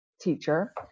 teacher